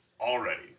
already